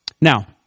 Now